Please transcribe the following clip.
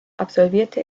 absolvierte